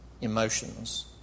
emotions